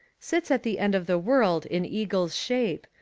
sits at the end of the world in eagle's shape,